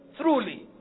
truly